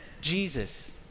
Jesus